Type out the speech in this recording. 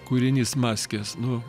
kūrinys maskės nu